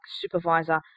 supervisor